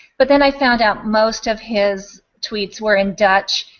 but then i found out most of his tweets were in dutch.